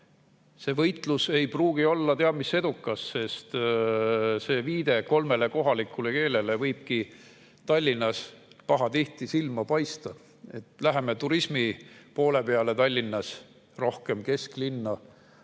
see võitlus ei pruugi olla teab mis edukas, sest see viide kolmele kohalikule keelele võibki Tallinnas pahatihti silma paista. Kui läheme turismi poole peale Tallinnas, rohkem kesklinna,